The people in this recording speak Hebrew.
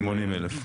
כ-80,000.